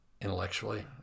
intellectually